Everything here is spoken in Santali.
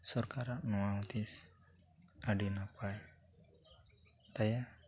ᱥᱚᱨᱠᱟᱨᱟᱜ ᱱᱚᱣᱟ ᱦᱩᱫᱤᱥ ᱟᱹᱰᱤ ᱱᱟᱯᱟᱭ ᱛᱟᱭᱟ